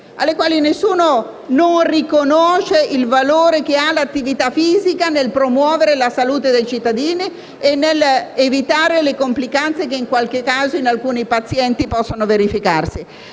motorie. Nessuno non riconosce il valore che ha l'attività fisica nel promuovere la salute dei cittadini e nell'evitare le complicanze che in qualche caso, in alcuni pazienti, possono verificarsi,